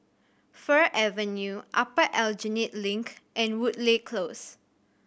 Fir Avenue Upper Aljunied Link and Woodleigh Close